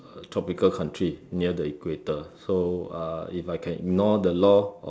tropical country near the equator so uh if I can ignore the law or